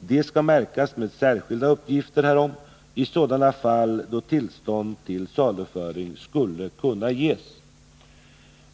De skall märkas med särskilda uppgifter härom i sådana fall där tillstånd till saluföring skulle kunna ges.